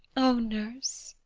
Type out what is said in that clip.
oh, nurse,